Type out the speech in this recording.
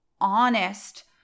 honest